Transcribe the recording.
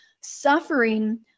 suffering